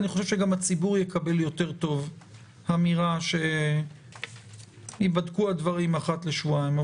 אני חושב שגם הציבור יקבל יותר טוב אמירה שייבדקו הדברים אחת לשבועיים.